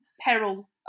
Peril